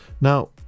Now